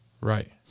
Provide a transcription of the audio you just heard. Right